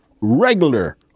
regular